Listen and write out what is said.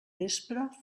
vespre